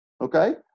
Okay